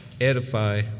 edify